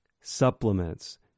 supplements